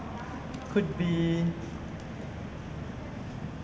could be